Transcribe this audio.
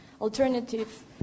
Alternative